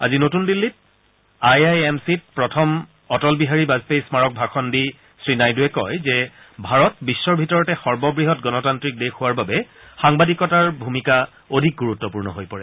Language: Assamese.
আজি নতুন দিল্লীত আই আই এম চিত প্ৰথম অটল বিহাৰী বাজপেয়ী স্মাৰক ভাষণ প্ৰদান কৰি শ্ৰীনাইডুৱে কয় যে ভাৰত বিশ্বৰ ভিতৰতে সৰ্ববহৎ গণতান্ত্ৰিক দেশ হোৱাৰ বাবে সাংবাদিকতাৰ ভূমিকা অধিক গুৰুত্বপূৰ্ণ হৈ পৰে